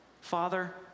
Father